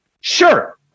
Sure